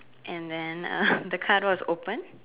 and then uh the car door is open